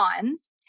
cons